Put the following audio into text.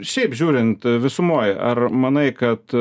šiaip žiūrint visumoj ar manai kad